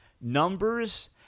Numbers